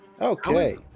Okay